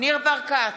ניר ברקת,